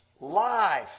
Life